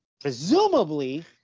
presumably